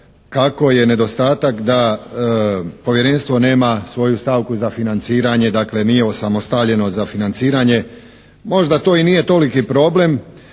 kako je nedostatak da Povjerenstvo nema svoju stavku za financiranje, dakle nije osamostaljeno za financiranje. Možda to i nije toliki problem,